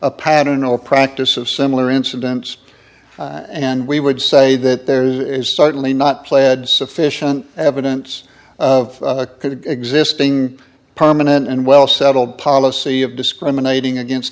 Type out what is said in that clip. a pattern or practice of similar incidents and we would say that there is certainly not pled sufficient evidence of a kind of existing permanent and well settled policy of discriminating against